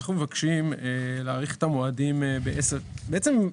אנחנו מבקשים להאריך את המועדים בעצם,